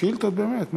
שאילתות באמת.